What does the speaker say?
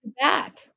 back